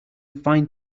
fine